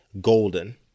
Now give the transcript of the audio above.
golden